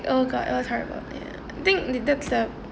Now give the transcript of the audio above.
oh god it was horrible ya think that's the